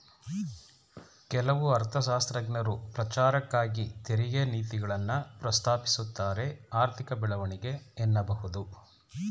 ಕೆಲವು ಅರ್ಥಶಾಸ್ತ್ರಜ್ಞರು ಪ್ರಚಾರಕ್ಕಾಗಿ ತೆರಿಗೆ ನೀತಿಗಳನ್ನ ಪ್ರಸ್ತಾಪಿಸುತ್ತಾರೆಆರ್ಥಿಕ ಬೆಳವಣಿಗೆ ಎನ್ನಬಹುದು